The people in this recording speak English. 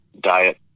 diet